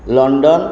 London